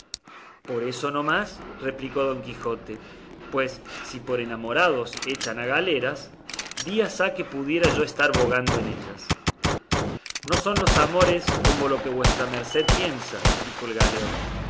por eso no más replicó don quijote pues si por enamorados echan a galeras días ha que pudiera yo estar bogando en ellas no son los amores como los que vuestra merced piensa dijo el